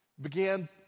began